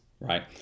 right